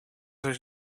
are